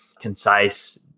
concise